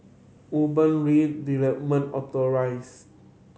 Urban Redevelopment